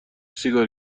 سیگار